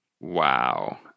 Wow